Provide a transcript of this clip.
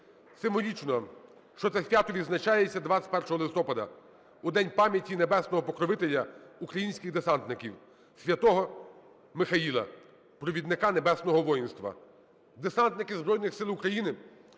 Символічно, що це свято відзначається 21 листопада у день пам'яті небесного покровителя українських десантників – СвятогоМихаїла, провідника небесного воїнства. Десантники Збройних Сил України